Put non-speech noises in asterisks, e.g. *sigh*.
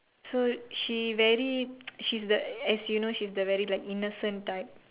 so she very *noise* she's the as you know she's the very like innocent type